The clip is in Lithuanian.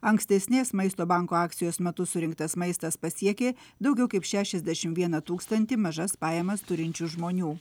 ankstesnės maisto banko akcijos metu surinktas maistas pasiekė daugiau kaip šešiasdešimt vieną tūkstantį mažas pajamas turinčių žmonių